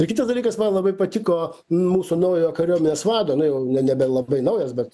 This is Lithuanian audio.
ir kitas dalykas man labai patiko mūsų naujojo kariuomenės vado nu jau ne nebelabai naujas bet